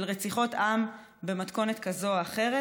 של רציחות עם במתכונת כזו או אחרת.